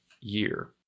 year